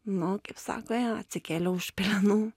nu kaip sako jo atsikėliau iš pelenų